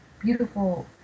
beautiful